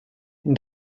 ein